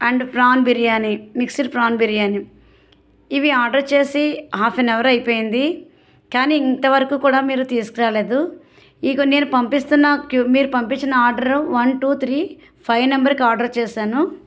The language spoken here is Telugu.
and prawn biryani mixed prawn biryani ఇవి ఆర్డర్ చేసి ఆఫనవర్ అయిపోయింది కానీ ఇంతవరకు కూడా మీరు తీసుకురాలేదు ఇదిగో నేను పంపిస్తున్న క్యు మీరు పంపించిన order one two three five నెంబర్కి ఆర్డర్ చేసాను